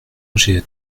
j’ai